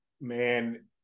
Man